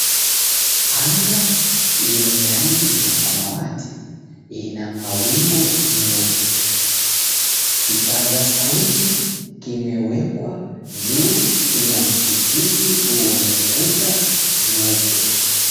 Anga yenye rangi ya samawati ina mawingu meupe. Kipaza sauti kimewekwa juu ya msikiti wenye kuta nyeupe.